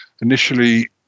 Initially